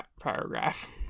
paragraph